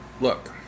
Look